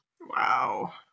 Wow